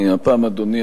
אדוני,